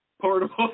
Portable